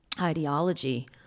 ideology